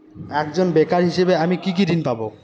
একজন বেকার হিসেবে আমি কি কি ঋণ পাব?